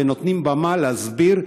ונותנים במה להסביר.